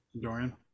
Dorian